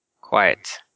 Quiet